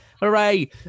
Hooray